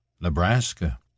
Nebraska